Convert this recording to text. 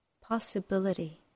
possibility